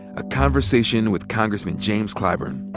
a conversation with congressman james clyburn.